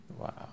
Wow